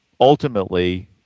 ultimately